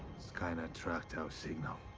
kind of tracked our signal.